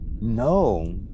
No